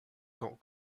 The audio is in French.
quand